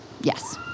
Yes